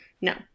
No